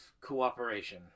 cooperation